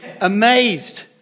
amazed